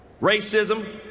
racism